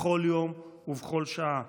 בכל יום ובכל שעה.